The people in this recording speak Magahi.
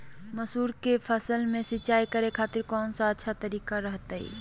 मसूर के फसल में सिंचाई करे खातिर कौन तरीका अच्छा रहतय?